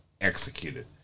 executed